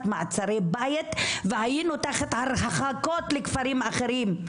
מעצרי בית והיינו תחת הרחקות לכפרים אחרים,